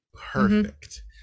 perfect